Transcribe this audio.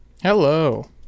Hello